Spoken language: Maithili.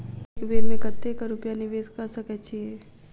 हम एक बेर मे कतेक रूपया निवेश कऽ सकैत छीयै?